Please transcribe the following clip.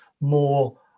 more